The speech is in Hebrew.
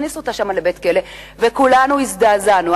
הכניסו אותה שם לבית-כלא וכולנו הזדעזענו.